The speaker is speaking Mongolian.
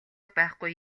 байхгүй